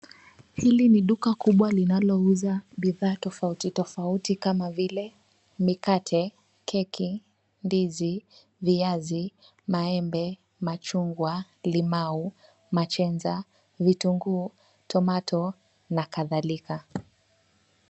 Hili ni duka kubwa linalouza bidhaa tofauti tofauti kama vile mikate, keki, ndizi, viazi, maembe, machungwa, limau, machenza, vitunguu, tomato na kadhalika.